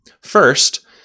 First